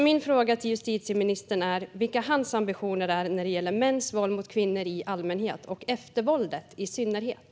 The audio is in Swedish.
Min fråga till justitieministern är vilka hans ambitioner är när det gäller mäns våld mot kvinnor i allmänhet och eftervåldet i synnerhet.